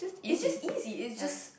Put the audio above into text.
is just easy is just